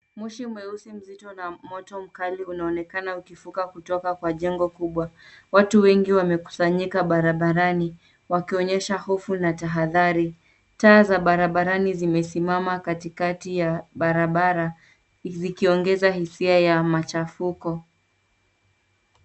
Moshi mweusi mzito na moto mkali unaonekana ukivuka kutoka kwa jengo kubwa. Watu wengi wamekusanyika barabarani wakionyesha hofu na tahadhari. Taa za barabarani zimesimama katikati ya barabara zikiongeza hisia za machafuko.